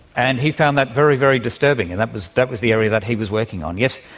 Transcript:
and he found that very, very disturbing, and that was that was the area that he was working on. yes,